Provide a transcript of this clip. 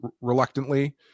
reluctantly